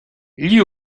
gli